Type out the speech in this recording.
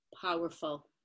powerful